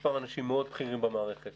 מספר אנשים מאוד בכירים שהיו במערכת